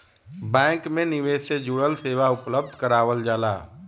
bank में निवेश से जुड़ल सेवा उपलब्ध करावल जाला